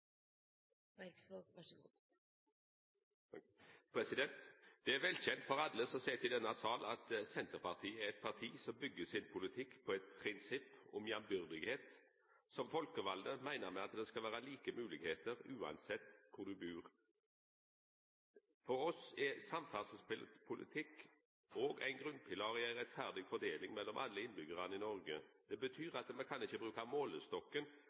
for alle som sit i denne salen, at Senterpartiet er eit parti som byggjer politikken sin på eit prinsipp om jambyrdigheit. Som folkevalde meiner me at det skal vera like moglegheiter uansett kvar ein bur. For oss er samferdselspolitikk også ein grunnpilar i ei rettferdig fordeling mellom alle innbyggjarane i Noreg. Det betyr at me ikkje kan bruka målestokken